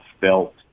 felt